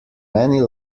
many